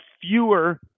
fewer